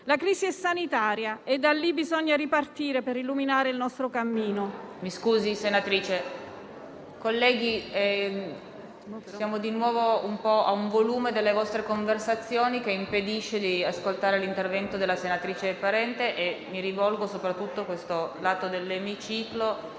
La crisi è sanitaria e da lì bisogna ripartire, per illuminare il nostro cammino,